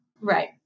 Right